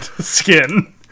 skin